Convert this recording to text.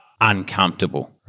uncomfortable